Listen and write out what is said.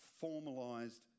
formalized